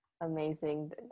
Amazing